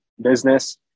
business